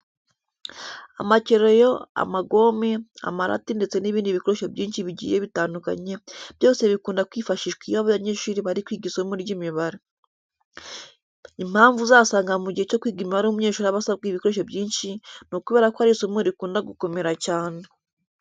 Amakereyo, amagome, amarati ndetse n'ibindi bikoresho byinshi bigiye bitandukanye, byose bikunda kwifashishwa iyo abanyeshuri bari kwiga isomo ry'imibare. Impamvu uzasanga mu gihe cyo kwiga imibare umunyeshuri aba asabwa ibikoresho byinshi, ni ukubera ko ari isomo rikunda gukomera cyane.